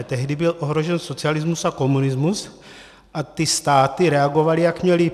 Tehdy byl ohrožen socialismus a komunismus a ty státy reagovaly, jak měly.